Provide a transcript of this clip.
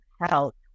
help